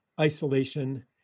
isolation